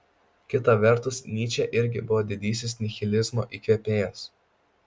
kita vertus nyčė irgi buvo didysis nihilizmo įkvėpėjas